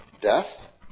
death